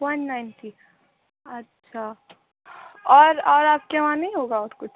one ninety اچھا اور اور آپ کے وہاں نہیں ہوگا اور کچھ